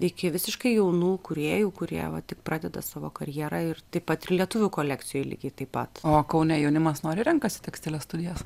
iki visiškai jaunų kūrėjų kurie va tik pradeda savo karjerą ir taip pat ir lietuvių kolekcijoj lygiai taip pat o kaune jaunimas noriai renkasi tekstilės studijas